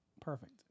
perfect